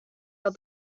are